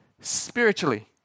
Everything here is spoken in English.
spiritually